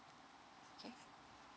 okay